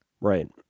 Right